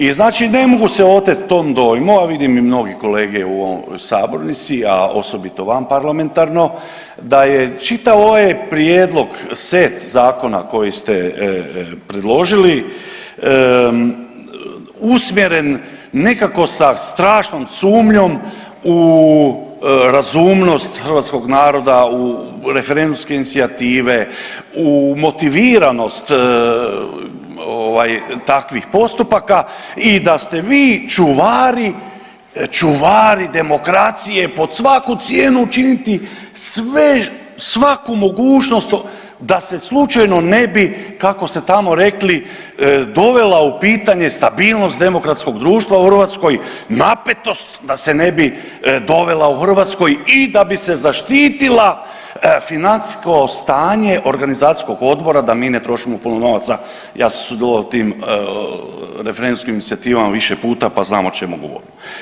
I znači ne mogu se oteti tom dojmu, a vidim i mnogi kolege u sabornici, a osobito vanparlamentarno da je čitav ovaj prijedlog, set zakona koji ste predložili, usmjere nekako sa strašnom sumnjom u razumnost hrvatskog naroda u referendumske inicijative, u motiviranost ovaj, takvih postupaka i da ste vi čuvari demokracije, pod svaku cijenu učiniti sve, svaku mogućnost da se slučajno ne bi, kako ste tamo rekli, dovela u pitanje stabilnost demokratskog društva u Hrvatskoj, napetost, da se ne bi dovela u Hrvatskoj i da bi se zaštitila financijsko stanje organizacijskog odbora da mi ne trošimo puno novaca, ja sam sudjelovao u tim referendumskim inicijativama više puta pa znam o čemu govorim.